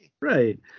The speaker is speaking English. Right